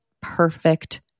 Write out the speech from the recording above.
perfect